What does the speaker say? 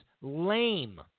lame